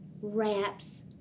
wraps